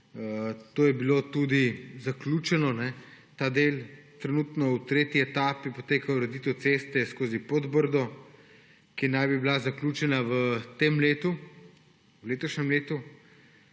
to je bilo tudi zaključeno, ta del. Trenutno v tretji etapi poteka ureditev ceste skozi Podbrdo, ki naj bi bila zaključena v tem letu, v letošnjem letu.